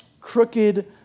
crooked